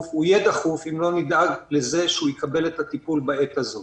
הוא יהיה דחוף אם לא נדאג לזה שהוא יקבל את הטיפול בעת הזו.